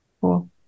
Cool